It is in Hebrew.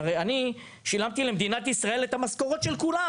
הרי אני שילמתי למדינת ישראל את המשכורות של כולם